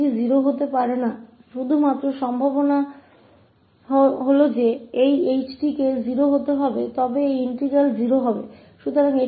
तो यह 0 नहीं किया जा सकता केवल संभावना है कि इस इंटीग्रल को 0 करने के लिए ℎ𝑡 को 0 होना होगा